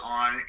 on